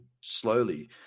slowly